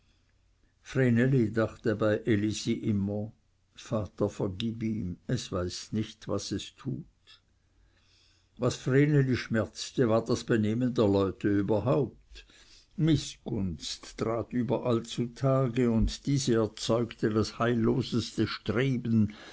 dachte bei elisi immer vater vergib ihm es weiß nicht was es tut was vreneli schmerzte war das benehmen der leute überhaupt mißgunst trat überall zutage und diese erzeugte das heilloseste streben